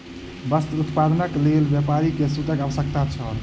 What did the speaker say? वस्त्र उत्पादनक लेल व्यापारी के सूतक आवश्यकता छल